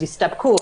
אז יסתפקו,